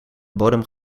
bodem